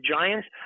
Giants